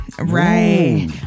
right